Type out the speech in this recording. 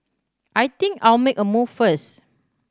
I think I'll make a move first